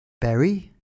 Berry